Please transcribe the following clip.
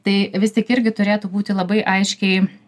tai vis tik irgi turėtų būti labai aiškiai